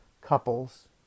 couples